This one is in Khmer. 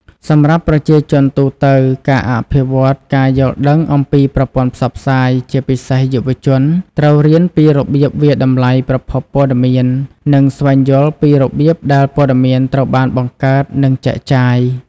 សម្រាប់ប្រជាជនទូទៅ ការអភិវឌ្ឍការយល់ដឹងអំពីប្រព័ន្ធផ្សព្វផ្សាយជាពិសេសយុវជនត្រូវរៀនពីរបៀបវាយតម្លៃប្រភពព័ត៌មាន និងស្វែងយល់ពីរបៀបដែលព័ត៌មានត្រូវបានបង្កើតនិងចែកចាយ។